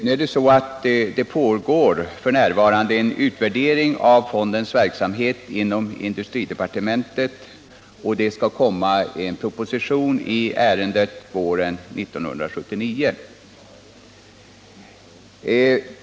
Nu är det dock så att det f. n. pågår en utvärdering av fondens verksamhet i industridepartementet, och det skall komma en proposition i ärendet till våren 1979.